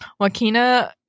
Wakina